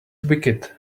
wicked